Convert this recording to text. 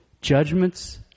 Judgments